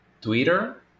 Twitter